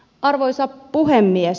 arvoisa puhemies